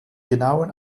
genauen